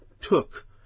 took